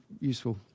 useful